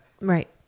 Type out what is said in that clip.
Right